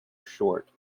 short